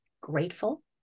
grateful